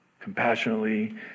compassionately